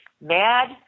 mad